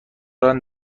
ایران